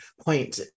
point